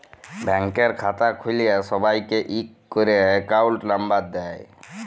ব্যাংকের খাতা খুল্ল্যে সবাইকে ইক ক্যরে একউন্ট লম্বর দেয়